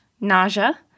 nausea